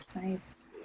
nice